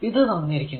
ഇത് തന്നിരിക്കുന്നു